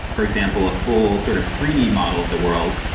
for example, a full sort of three d model of the world.